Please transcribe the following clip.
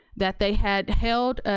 that they had held, ah